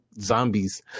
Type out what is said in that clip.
zombies